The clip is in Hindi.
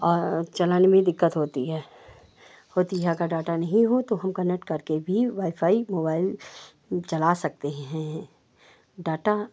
और चलाने में दिक्कत होती है होती है अगर डाटा नहीं हो तो हम कनेक्ट करके भी वाईफ़ाई मोबाइल हम चला सकते हैं डाटा